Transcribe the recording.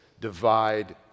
divide